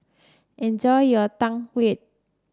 enjoy your Tang Yuen